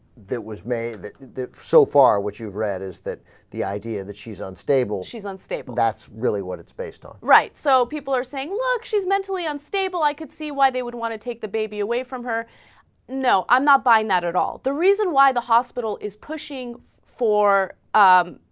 that was made that so far which you read is that the idea that she's unstable she's unstable that's really what it's based on right so people are saying look she's mentally unstable i can see why they would want to take the baby away from her and now i'm not by not at all the reason why the hospital is pushing four ah.